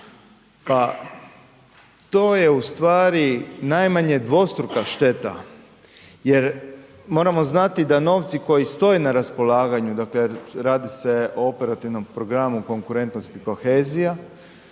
Pa to je ustvari najmanje dvostruka šteta jer moramo znati da novci koji stoje na raspolaganju, dakle radi se o Operativnom programu Konkurentnost i kohezija,